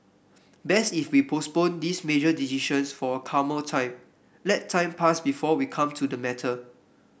best if we postponed this major decisions for a calmer time let time pass before we come to the matter